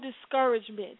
discouragement